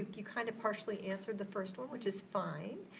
you kind of partially answered the first one, which is fine.